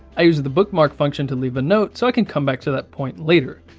i use the bookmark function to leave a note so i can come back to that point later.